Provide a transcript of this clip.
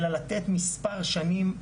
אלא לתת מס' שנים,